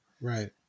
Right